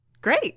great